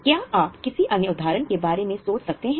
क्या आप किसी अन्य उदाहरण के बारे में सोच सकते हैं